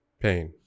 Pain